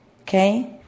okay